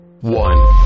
one